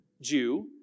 Jew